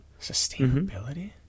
Sustainability